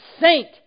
saint